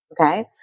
okay